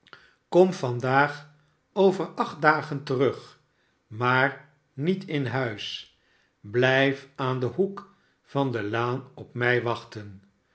kom vandaag over acht dagen terug v maar niet inhuis blijfaandenhoek van de laan op mij wachten